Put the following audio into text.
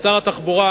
שר התחבורה,